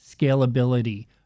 scalability